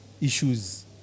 issues